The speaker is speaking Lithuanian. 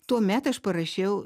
tuomet aš parašiau